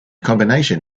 combination